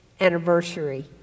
anniversary